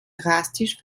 drastisch